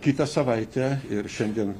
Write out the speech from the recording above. kitą savaitę ir šiandien